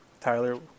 Tyler